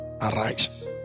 arise